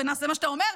נעשה מה שאתה אומר?